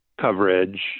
coverage